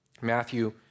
Matthew